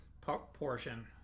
portion